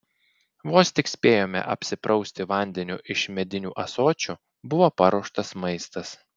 vos tik spėjome apsiprausti vandeniu iš medinių ąsočių buvo paruoštas maistas